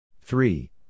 Three